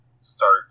start